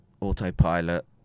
autopilot